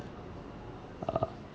uh